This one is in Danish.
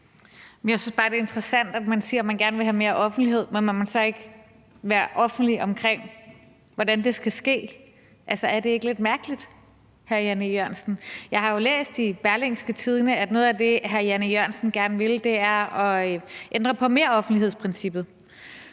Jeg synes bare, det er interessant, at man siger, at man gerne vil have mere offentlighed, men man vil så ikke være offentlig omkring, hvordan det skal ske – altså, er det ikke lidt mærkeligt, hr. Jan E. Jørgensen? Jeg har jo læst i Berlingske, at noget af det, hr. Jan E. Jørgensen gerne vil, er at ændre på meroffentlighedsprincippet,